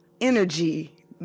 energy